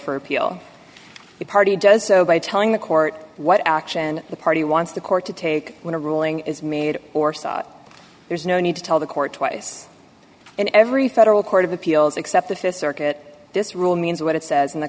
for appeal the party does so by telling the court what action the party wants the court to take when a ruling is made or saw there is no need to tell the court twice and every federal court of appeals except the th circuit this rule means what it says in the